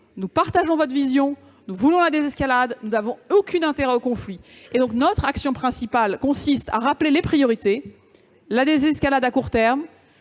dit partager notre vision, vouloir la désescalade et n'avoir aucun intérêt au conflit. Notre action principale consiste donc à rappeler les priorités : la désescalade à court terme,